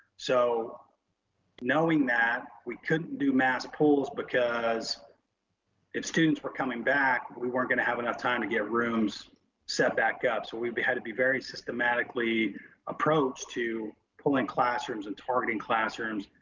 so knowing that we couldn't do mass pulls, because if students were coming back, we weren't gonna have enough time to get rooms set back up. so we had to be very systematically approach to pulling classrooms, and targeting classrooms,